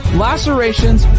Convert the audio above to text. lacerations